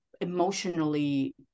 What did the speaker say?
emotionally